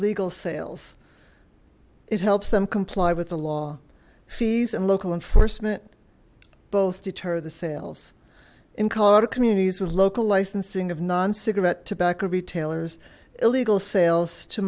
legal sales it helps them comply with the law fees and local enforcement both deter the sales in colorado communities with local licensing of non cigarette tobacco retailers illegal sales to